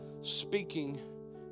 speaking